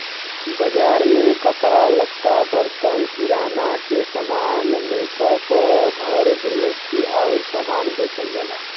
बाजार में कपड़ा लत्ता, बर्तन, किराना के सामान, मेकअप, घर गृहस्ती आउर सामान बेचल जाला